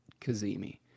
kazemi